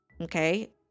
okay